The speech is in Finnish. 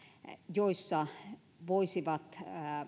joissa voisivat